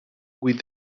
with